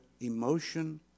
emotion